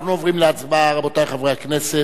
אנחנו עוברים להצבעה, רבותי חברי הכנסת.